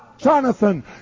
Jonathan